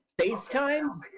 FaceTime